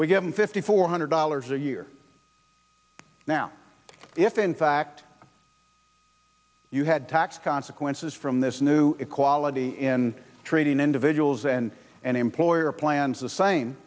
we give them fifty four hundred dollars a year now if in fact you had tax consequences from this new equality in treating individuals and an employer plans the same